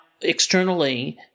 externally